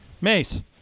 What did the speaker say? Mace